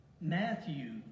Matthew